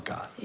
God